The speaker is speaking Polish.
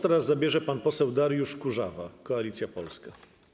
Teraz głos zabierze pan poseł Dariusz Kurzawa, Koalicja Polska.